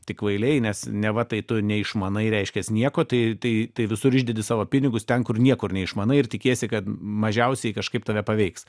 tik kvailiai nes neva tai tu neišmanai reiškias nieko tai tai tai visur išdedi savo pinigus ten kur nieko neišmanai ir tikiesi kad mažiausiai kažkaip tave paveiks